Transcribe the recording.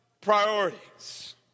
priorities